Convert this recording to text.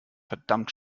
verdammt